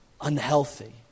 Unhealthy